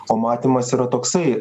o matymas yra toksai